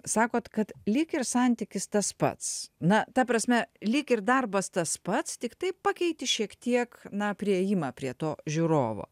sakot kad lyg ir santykis tas pats na ta prasme lyg ir darbas tas pats tiktai pakeiti šiek tiek na priėjimą prie to žiūrovo